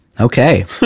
okay